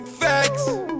facts